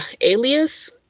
alias